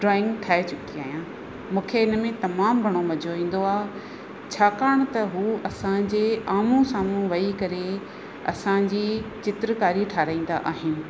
drawing ठाहे चुकी आहियां मूंखे इन में तमामु घणो मज़ो ईंदो आहे छाकाणि त हू असांजे आम्हूं साम्हूं वेही करे असांजी चित्रकारी ठाहिराईंदा आहिनि